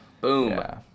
Boom